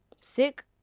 Sick